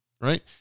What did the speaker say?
right